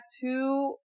two